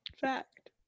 fact